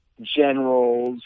generals